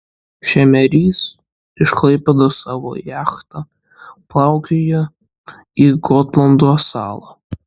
šemerys iš klaipėdos savo jachta plaukioja į gotlando salą